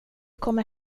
kommer